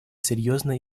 серьезно